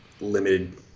limited